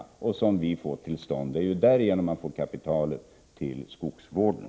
Det är ju genom avverkningen som man får kapital till skogsvården.